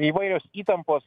įvairios įtampos